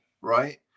right